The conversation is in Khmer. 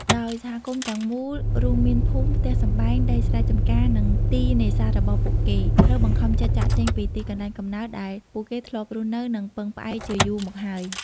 ដោយសហគមន៍ទាំងមូល រួមមានភូមិ ផ្ទះសម្បែង ដីស្រែចម្ការ និងទីនេសាទរបស់ពួកគេ ត្រូវបង្ខំចិត្តចាកចេញពីទីកន្លែងកំណើតដែលពួកគេធ្លាប់រស់នៅ និងពឹងផ្អែកជាយូរមកហើយ។